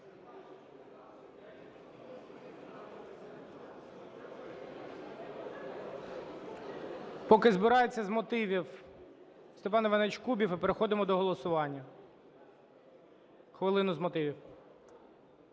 Поки збираються, з мотивів - Степан Іванович Кубів. І переходимо до голосування. Хвилину – з мотивів.